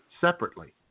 separately